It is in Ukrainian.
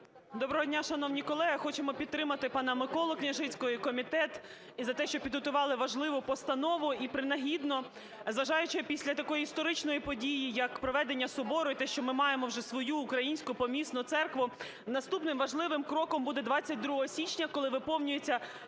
Доброго дня, шановні колеги! Хочемо підтримати пана Миколу Княжицького і комітет і за те, що підготували важливу постанову, і принагідно, зважаючи після такої історичної події, як проведення Собору, і те, що ми маємо вже свою Українську помісну Церкву, наступним важливим кроком буде 22 січня, коли виповнюється